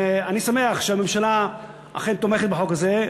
אני שמח שהממשלה אכן תומכת בחוק הזה,